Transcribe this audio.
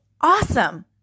awesome